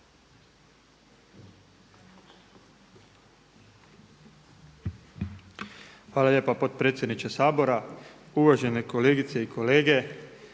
Hvala lijepa potpredsjedniče Sabora, uvažene kolegice i kolege.